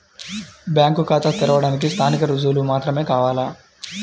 Bank ఖాతా తెరవడానికి స్థానిక రుజువులు మాత్రమే కావాలా?